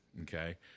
Okay